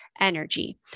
energy